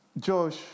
Josh